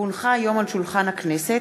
כי הונחו היום על שולחן הכנסת,